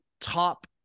top